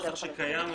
זה נוסח שקיים היום.